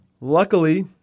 Luckily